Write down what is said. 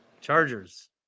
Chargers